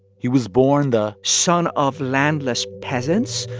he was born the. son of landless peasants,